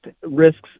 risks